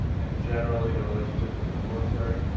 and generally the relationships with the military.